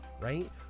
right